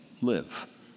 live